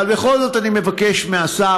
אבל בכל זאת אני מבקש מהשר,